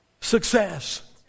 success